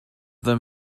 them